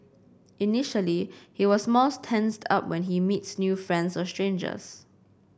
initially it was more tensed up when he meets new friends or strangers